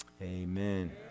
amen